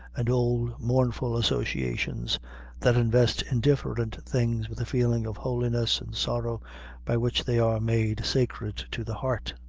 and old mournful associations that invest indifferent things with a feeling of holiness and sorrow by which they are made sacred to the heart.